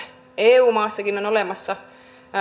eu maassakin on olemassa